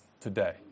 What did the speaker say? today